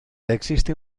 existe